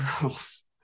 girls